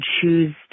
choose